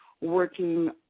working